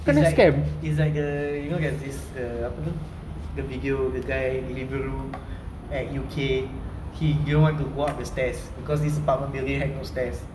it's like it's like the you know there is the apa tu the video the guy Deliveroo at U_K he didn't want to go up the stairs because this apartment had no stairs